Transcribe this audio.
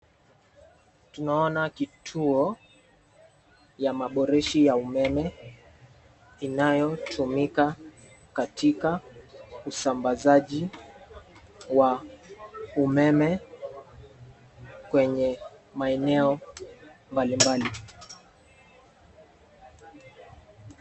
Tunaona kituo ya maboreshi ya umeme inayotumika katika usambazaji wa umeme kwenye maeneo mbalimbali.